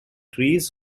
trees